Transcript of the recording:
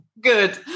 Good